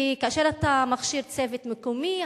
וכאשר אתה מכשיר צוות מקומי,